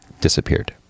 disappeared